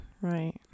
Right